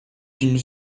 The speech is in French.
d’une